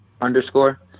underscore